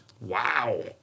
Wow